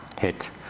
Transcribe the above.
hit